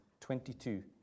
22